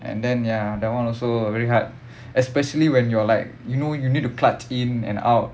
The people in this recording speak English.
and then ya that one also very hard especially when you're like you know you need to clutch in and out